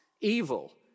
Evil